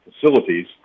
facilities